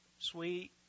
Sweet